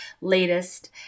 latest